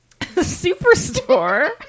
Superstore